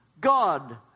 God